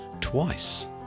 twice